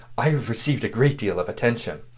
i have received a great deal of attention.